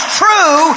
true